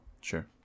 Sure